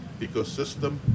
ecosystem